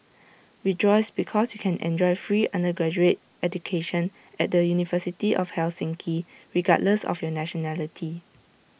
rejoice because you can enjoy free undergraduate education at the university of Helsinki regardless of your nationality